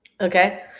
okay